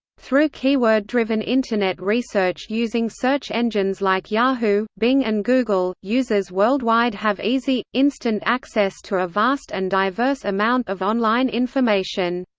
through keyword-driven internet research using search engines like yahoo, bing and google, users worldwide have easy, instant access to a vast and diverse amount of online information.